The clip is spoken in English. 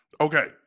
Okay